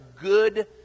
good